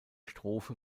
strophe